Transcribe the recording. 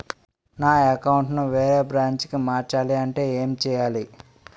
నా అకౌంట్ ను వేరే బ్రాంచ్ కి మార్చాలి అంటే ఎం చేయాలి?